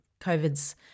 COVID's